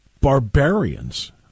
barbarians